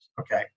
okay